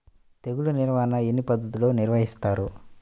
తెగులు నిర్వాహణ ఎన్ని పద్ధతులలో నిర్వహిస్తారు?